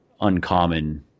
uncommon